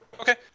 Okay